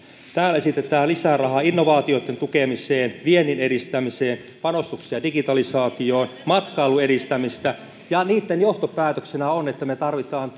täällä esitetään lisää rahaa innovaatioitten tukemiseen viennin edistämiseen panostuksia digitalisaatioon matkailun edistämiseen ja niitten johtopäätöksenä on että me tarvitsemme